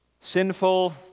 sinful